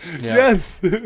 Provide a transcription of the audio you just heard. Yes